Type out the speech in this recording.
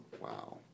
Wow